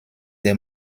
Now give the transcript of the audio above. der